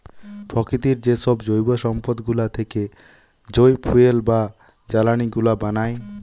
প্রকৃতির যেসব জৈব সম্পদ গুলা থেকে যই ফুয়েল বা জ্বালানি গুলা বানায়